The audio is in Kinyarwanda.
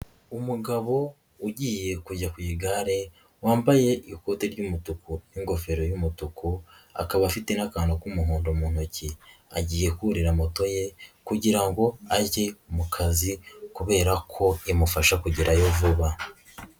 Umugabo ugiye kujya ku igare wambaye ikote ry'umutuku n'ingofero y'umutuku, akaba afite n'akantu k'umuhondo mu ntoki, agiye kurira moto ye kugira ngo age mu kazi kubera ko imufasha kugerayo vuba.